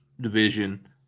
division